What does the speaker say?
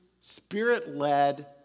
spirit-led